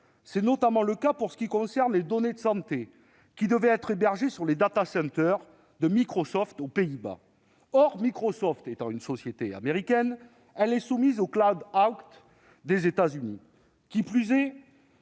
C'est notamment le cas pour ce qui concerne les données de santé, qui devaient être hébergées dans les de Microsoft, aux Pays-Bas. Or Microsoft étant une société américaine, elle est soumise au des États-Unis. Qui plus est,